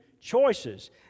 choices